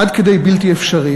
עד כדי בלתי אפשרי,